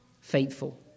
faithful